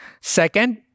Second